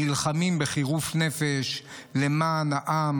נלחמים בחירוף נפש למען העם,